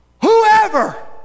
Whoever